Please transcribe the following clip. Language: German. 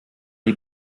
die